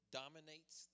dominates